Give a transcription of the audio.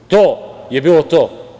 To je bilo to.